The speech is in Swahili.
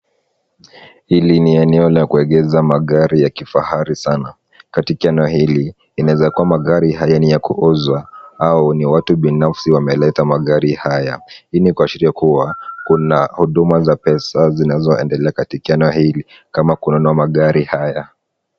Hili ni eneo la kuegeza magari ya kifahari sana. Katika eneo hili, inaweza kuwa magari haya ni ya kuuzwa au ni watu binafsi wameleta magari haya. Hii ni kuashiria kuwa kuna huduma za pesa zinazoendelea katika eneo hili kama kununua magari haya.